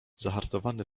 zahartowany